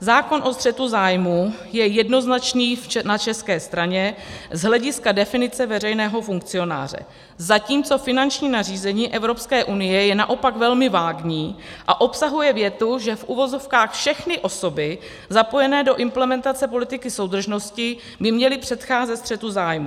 Zákon o střetu zájmů je jednoznačný na české straně z hlediska definice veřejného funkcionáře, zatímco finanční nařízení Evropské unie je naopak velmi vágní a obsahuje větu, že v uvozovkách všechny osoby zapojené do implementace politiky soudržnosti by měly předcházet střetu zájmů.